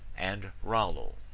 and rollo.